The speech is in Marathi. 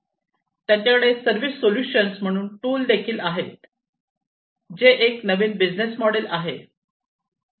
त्यांच्याकडे सर्व्हिस सोल्यूशन म्हणून टूल देखील आहेत जे एक नवीन बिझनेस मॉडेल आहे